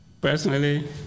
Personally